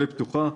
פתוחה.